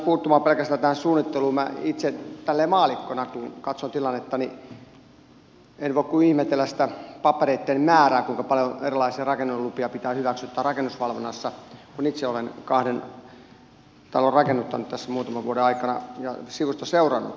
minä itse tällä tavalla maallikkona kun katson tilannetta niin en voi kuin ihmetellä sitä papereitten määrää kuinka paljon erilaisia rakennuslupia pitää hyväksyttää rakennusvalvonnassa kun itse olen kahden talon rakennuttanut tässä muutaman vuoden aikana ja sivusta seurannut